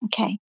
Okay